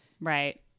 Right